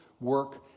work